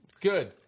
Good